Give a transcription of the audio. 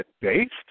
based